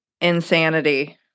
insanity